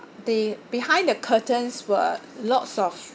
the behind the curtains were lots of